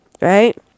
right